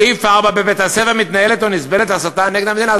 סעיף 32א(4): "בבית-הספר מתנהלת או נסבלת הסתה נגד המדינה".